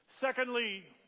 Secondly